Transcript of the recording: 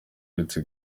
uretse